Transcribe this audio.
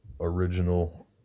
original